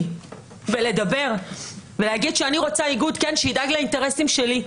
ולדבר ולהגיד שאני רוצה איגוד שידאג לאינטרסים שלי,